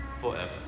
forever